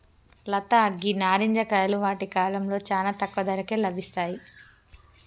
లత గీ నారింజ కాయలు వాటి కాలంలో చానా తక్కువ ధరకే లభిస్తాయి